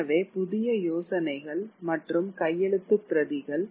எனவே புதிய யோசனைகள் இந்த கையெழுத்துப் பிரதிகள்